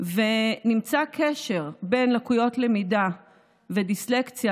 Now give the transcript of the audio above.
ונמצא קשר בין לקויות למידה ודיסלקציה